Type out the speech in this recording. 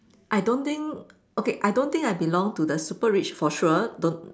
I don't think okay I don't think I belong to the super rich for sure don't